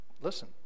listen